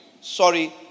sorry